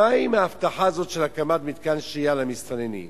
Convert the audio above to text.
מה עם ההבטחה הזאת של הקמת מתקן שהייה למסתננים?